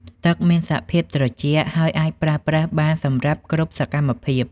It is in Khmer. ទឹកមានសភាពត្រជាក់ ហើយអាចប្រើប្រាស់បានសម្រាប់គ្រប់សកម្មភាព។